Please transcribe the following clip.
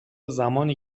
زمانی